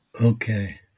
Okay